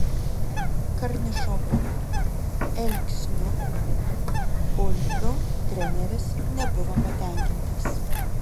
karnišovu elksniu ulpiu treneris nebuvo patenkintas